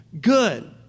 good